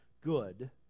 good